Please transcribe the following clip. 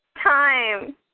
Time